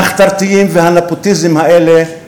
המחתרתיים והנפוטיסטיים האלה?